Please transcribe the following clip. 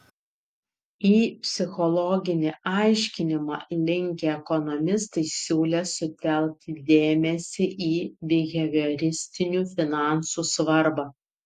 į psichologinį aiškinimą linkę ekonomistai siūlė sutelkti dėmesį į bihevioristinių finansų svarbą